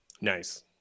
Nice